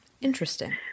Interesting